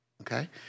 Okay